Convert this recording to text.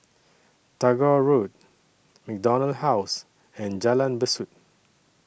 Tagore Road MacDonald House and Jalan Besut